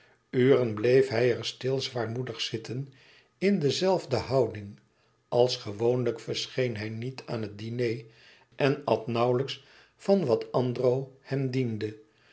uren bleef hij er stil zwaarmoedig zitten in de zelfde houding als gewoonlijk verscheen hij niet aan het diner en at nauwlijks van wat andro hem diende